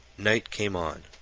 night came on.